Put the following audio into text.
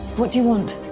what do you want?